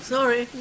Sorry